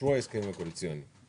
כשאושרו ההסכמים הקואליציוניים,